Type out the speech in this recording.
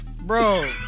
Bro